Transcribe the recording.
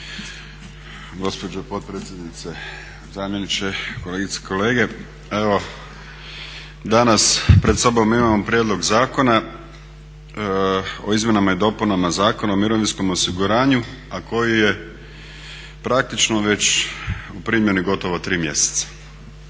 Gospođo potpredsjednice, zamjeniče, kolegice i kolege. Evo danas pred sobom imamo Prijedlog zakona o izmjenama i dopunama Zakona o mirovinskom osiguranju, a koji je praktično već u primjeni gotovo 3 mjeseca.